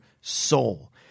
soul